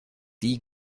die